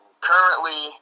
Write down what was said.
Currently